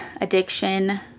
addiction